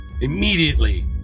immediately